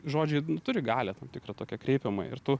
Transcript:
žodžiai nu turi galią tam tikrą tokią kreipiamąją ir tu